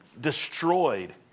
destroyed